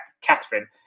Catherine